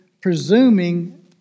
presuming